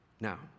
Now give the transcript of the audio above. Now